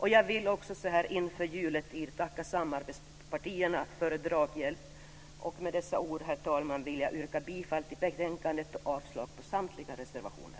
Jag vill också så här inför juletiden tacka samarbetspartierna för draghjälp. Med dessa ord yrkar jag, herr talman, bifall till utskottets förslag och avslag på samtliga reservationer.